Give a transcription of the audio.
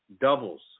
doubles